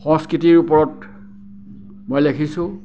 সংস্কৃতিৰ ওপৰত মই লিখিছোঁ